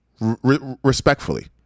respectfully